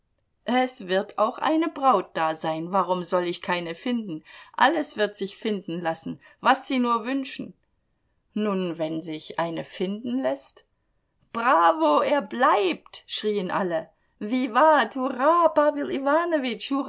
es wird auch eine braut da sein warum soll ich keine finden alles wird sich finden lassen was sie nur wünschen nun wenn sich eine finden läßt bravo er bleibt schrien alle